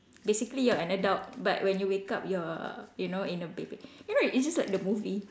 basically you're an adult but when you wake up you are you know in a baby you know it's just like the movie